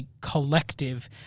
collective